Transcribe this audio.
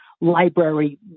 library